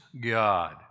God